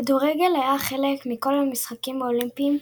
כדורגל היה חלק מכל המשחקים האולימפיים,